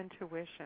intuition